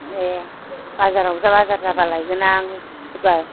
ए बाजाराव बाजार जाबा लायगोन आं फैगौ